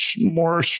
more